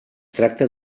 tracta